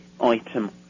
item